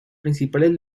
principales